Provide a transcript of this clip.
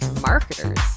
marketers